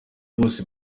bose